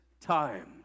time